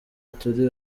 turi